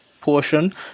portion